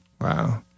Wow